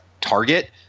target